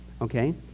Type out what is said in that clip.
okay